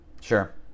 Sure